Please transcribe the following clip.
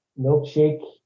milkshake